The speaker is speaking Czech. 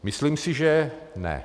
Myslím si, že ne.